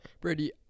Brady